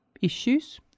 issues